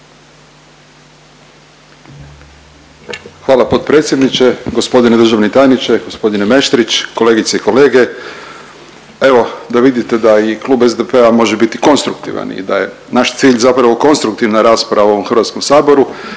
Hvala potpredsjedniče. Gospodine državni tajniče, g. Meštrić, kolegice i kolege. Evo da vidite da i klub SDP-a može biti konstruktivan i da je naš cilj zapravo konstruktivna rasprava u ovom HS-u. Ja ću